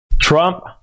Trump